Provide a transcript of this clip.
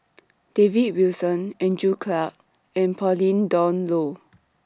David Wilson Andrew Clarke and Pauline Dawn Loh